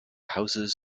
houses